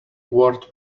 word